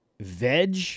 Veg